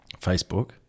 Facebook